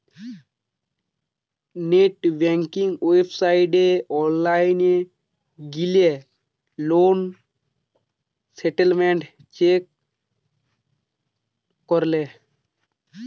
net banking ওয়েবসাইটে online গিলে loan statement check করলে